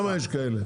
כמה יש כאלה?